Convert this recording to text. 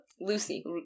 Lucy